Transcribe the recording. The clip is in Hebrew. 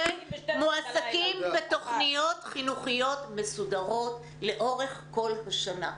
והגדולים מועסקים בתוכניות חינוכיות מסודרות לאורך כל השנה.